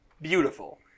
beautiful